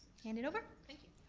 hand it over? thank you.